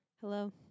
Hello